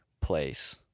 place